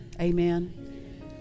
Amen